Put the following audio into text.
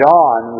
John